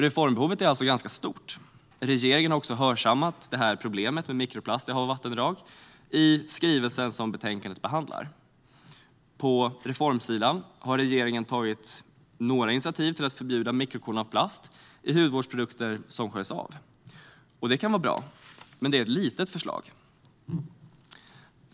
Reformbehovet är alltså ganska stort. Regeringen har också hörsammat problemet med mikroplast i hav och vattendrag i skrivelsen som betänkandet behandlar. På reformsidan har regeringen tagit några initiativ till att förbjuda mikrokorn av plast i hudvårdsprodukter som sköljs av. Det kan vara bra, men det är ett litet förslag.